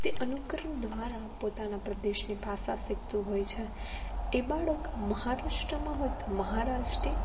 તે અનુકરણ દ્વારા પોતાના પ્રદેશની ભાષા શીખતું હોય છે એ બાળક મહારાષ્ટ્રમાં હોય તો મહારાષ્ટ્રીયન